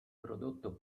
prodotto